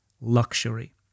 luxury